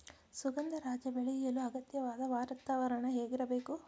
ಸುಗಂಧರಾಜ ಬೆಳೆಯಲು ಅಗತ್ಯವಾದ ವಾತಾವರಣ ಹೇಗಿರಬೇಕು?